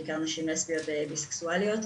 בעיקר נשים לסביות ובי-סקסואליות.